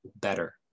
better